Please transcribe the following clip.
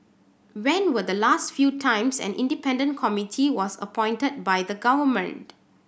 when were the last few times an independent committee was appointed by the government